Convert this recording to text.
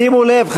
שימו לב,